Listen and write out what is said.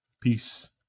Peace